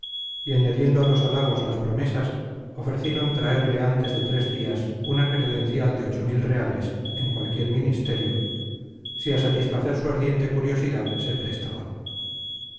y añadiendo a los halagos las promesas ofrecieron traerle antes de tres días una credencial de ocho mil reales en cualquier ministerio si a satisfacer su ardiente curiosidad se prestaba